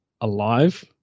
alive